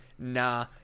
nah